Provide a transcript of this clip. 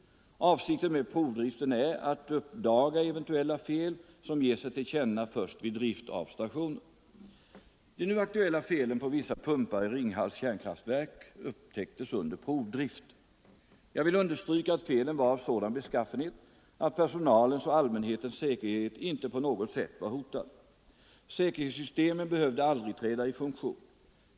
Avsikten med provdriften är att uppdaga eventuella fel som ger sig till känna först vid drift av stationen. De nu aktuella felen på vissa pumpar i Ringhals kärnkraftverk upptäcktes under provdrift. Jag vill understryka att felen var av sådan beskaffenhet att personalens och allmänhetens säkerhet inte på något sätt var hotad. Säkerhetssystemen behövde aldrig träda i funktion.